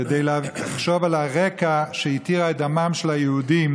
כדי לחשוב על הרקע שבו הותר דמם של היהודים,